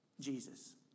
Jesus